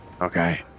okay